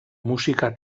musika